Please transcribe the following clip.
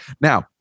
Now